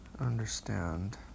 understand